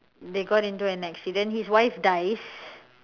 they got into an accident his wife dies